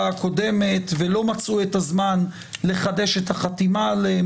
הקודמת ולא מצאו את הזמן לחדש את החתימה עליהם.